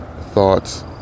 thoughts